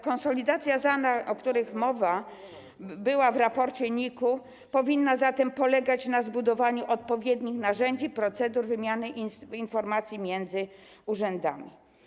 Konsolidacja (...), o których mowa była w raporcie NIK-u, powinna polegać na zbudowaniu odpowiednich narzędzi, procedur wymiany informacji między urzędami.